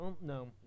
No